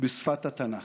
בשפת התנ"ך.